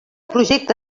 projecte